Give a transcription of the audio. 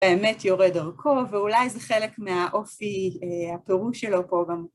האמת יורה דרכו, ואולי זה חלק מהאופי הפירוש שלו פה גם.